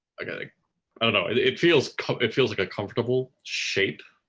i got i i don't know it feels it feels like a comfortable shape,